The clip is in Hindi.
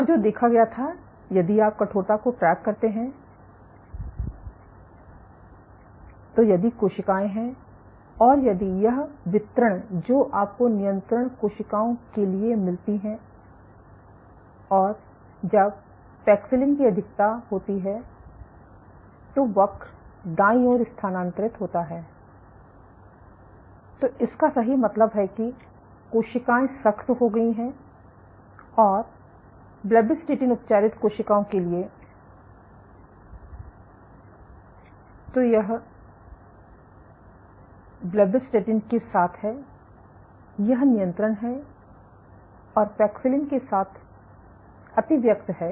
और जो देखा गया था यदि आप कठोरता को ट्रैक करते हैं तो यदि कोशिकाएं हैं और यदि यह वितरण जो आपको नियंत्रण कोशिकाओं के लिए मिलती है और जब पैक्सिलिन की अधिकता होती है तो वक्र दाईं ओर स्थानांतरित होता है तो इसका सही मतलब है कि कोशिकाएं सख्त हो गई हैं और ब्लेबिस्टैटिन उपचारित कोशिकाओं के लिए तो यह ब्लेबिस्टैटिन ब्लेब्ब के साथ है यह नियंत्रण है और पैक्सिलिन के साथ अतिव्यक्त है